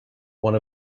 one